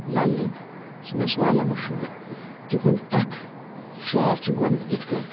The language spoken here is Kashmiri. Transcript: لل دٮ۪د تِم ٲسۍ واریاہ مشہوٗر تِہُنٛد اَکھ شعر چھُ گۄڈٕ یِتھ کٲٹھۍ